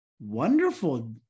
Wonderful